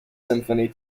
symphony